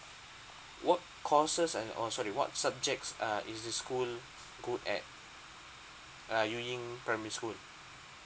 what courses and oh sorry what subjects uh is this school good at ah yu ying primary school